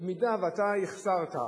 במידה שהחסרת,